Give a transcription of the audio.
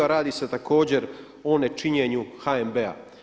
Radi se također o nečinjenju HNB-a.